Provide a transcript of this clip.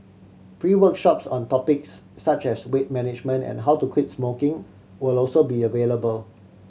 free workshops on topics such as weight management and how to quit smoking will also be available